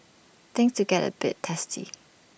things to get A bit testy